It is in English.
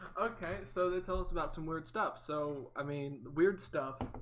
okay, so they tell us about some weird stuff so i mean weird stuff